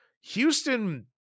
Houston